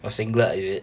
orh singlet is it